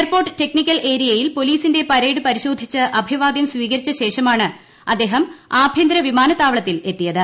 airport technical ഏരിയയിൽ പോലീസിന്റെ parade പരിശോധിച്ച് അഭിവാദ്യം സ്വീകരിച്ച ശേഷമാണ് അദ്ദേഹം ആഭ്യന്തര വിമാനത്താവളത്തിൽ എത്തിയത്